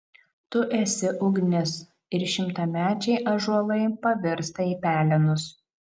tu esi ugnis ir šimtamečiai ąžuolai pavirsta į pelenus